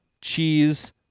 cheese